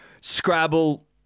Scrabble